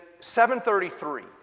733